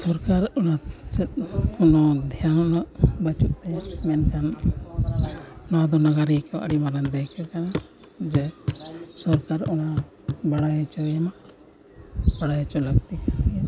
ᱥᱚᱨᱠᱟᱨ ᱚᱱᱟ ᱥᱮᱫ ᱠᱚ ᱫᱷᱮᱭᱟᱱ ᱢᱟ ᱵᱟᱹᱪᱩᱜ ᱛᱟᱭᱟ ᱢᱮᱱᱠᱷᱟᱱ ᱱᱚᱣᱟᱫᱚ ᱱᱟᱜᱟᱨᱤᱭᱟᱹ ᱠᱚᱣᱟᱜ ᱟᱹᱰᱤ ᱢᱟᱨᱟᱝ ᱫᱟᱹᱭᱠᱟᱹ ᱠᱟᱱᱟ ᱡᱮ ᱥᱚᱨᱠᱟᱨ ᱚᱱᱟ ᱵᱟᱲᱟᱭ ᱦᱚᱪᱚᱭᱮᱢᱟ ᱵᱟᱲᱟᱭ ᱦᱚᱪᱚ ᱞᱟᱹᱠᱛᱤ ᱠᱟᱱ ᱜᱮᱭᱟ